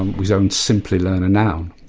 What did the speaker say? and we don't simply learn a noun.